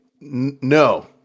no